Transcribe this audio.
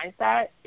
mindset